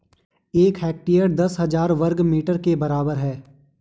एक हेक्टेयर दस हजार वर्ग मीटर के बराबर है